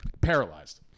Paralyzed